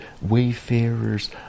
wayfarers